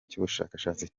cy’ubushakashatsi